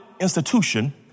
institution